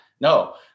no